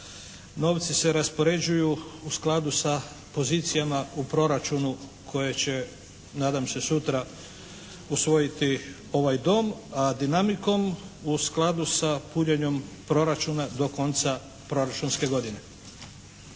Novci se raspoređuju u skladu sa pozicijama u proračunu koje će nadam se sutra usvojiti ovaj Dom, a dinamikom u skladu sa punjenjem proračuna do konca proračunske godine.